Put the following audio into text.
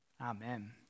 Amen